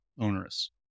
onerous